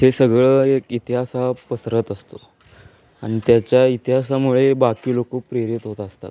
हे सगळं एक इतिहास हा पसरत असतो आणि त्याच्या इतिहासामुळे बाकी लोक प्रेरित होत असतात